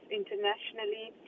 internationally